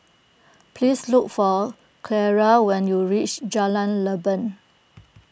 please look for Ciara when you reach Jalan Leban